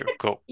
cool